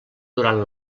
durant